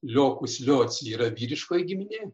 liokus lioci yra vyriškoji giminė